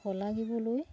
শলাগিবলৈ